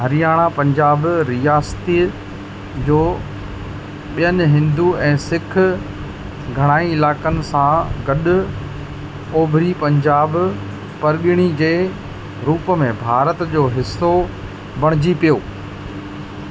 हरियाणा पंजाब रियासती जो ॿियनि हिंदू ऐं सिख घणाई इलाइक़नि सां गॾु ओभरी पंजाब परॻिणे जे रूप में भारत जो हिसो बणिजी पियो